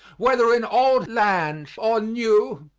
whether in old lands or new,